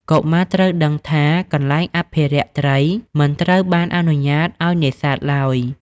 កុមារត្រូវដឹងថា កន្លែងអភិរក្ស ត្រីមិនត្រូវបានអនុញ្ញាតឱ្យនេសាទឡើយ។